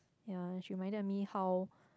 ya she reminded me how